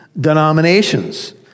denominations